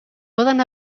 poden